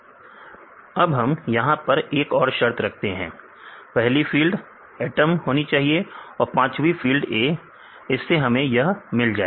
विद्यार्थी पहला फिल्म अब हम यहां पर एक और शर्त रखते हैं पहली फील्ड एटम होनी चाहिए और पांचवी फील्ड A इससे हमें यह मिल जाएगा